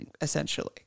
essentially